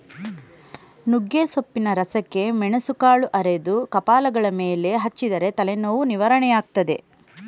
ನುಗ್ಗೆಸೊಪ್ಪಿನ ರಸಕ್ಕೆ ಮೆಣಸುಕಾಳು ಅರೆದು ಕಪಾಲಗಲ ಮೇಲೆ ಹಚ್ಚಿದರೆ ತಲೆನೋವು ನಿವಾರಣೆಯಾಗ್ತದೆ